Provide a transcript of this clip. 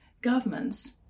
governments